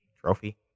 trophy